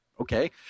okay